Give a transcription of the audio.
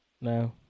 No